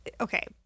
okay